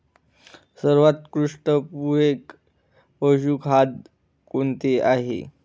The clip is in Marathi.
सर्वोत्कृष्ट पूरक पशुखाद्य कोणते आहे?